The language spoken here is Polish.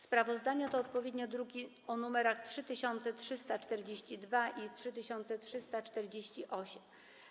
Sprawozdania to odpowiednio druki nr 3342 i 3348.